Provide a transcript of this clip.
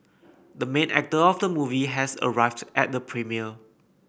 the main actor of the movie has arrived at the premiere